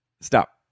Stop